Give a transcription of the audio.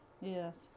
Yes